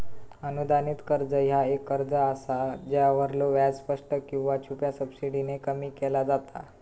अनुदानित कर्ज ह्या एक कर्ज असा ज्यावरलो व्याज स्पष्ट किंवा छुप्या सबसिडीने कमी केला जाता